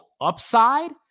upside